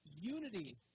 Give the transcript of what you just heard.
unity